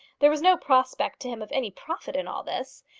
there was no prospect to him of any profit in all this.